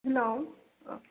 hello